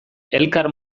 elkar